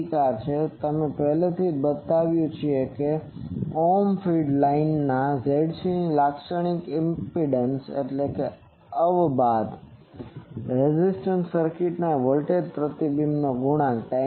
પ્રતિકાર છે તમે પહેલેથી જ બતાવ્યું છે કે ઓહમા ફીડ લાઇનની Zc લાક્ષણિકતા ઈમ્પીડંસ અવબાધ impedance રેઝનન્ટ સર્કિટના વોલ્ટેજ પ્રતિબિંબ ગુણાંક